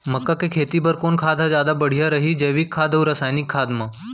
मक्का के खेती बर कोन खाद ह जादा बढ़िया रही, जैविक खाद अऊ रसायनिक खाद मा?